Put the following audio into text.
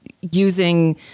using